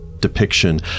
depiction